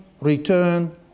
return